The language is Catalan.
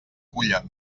culla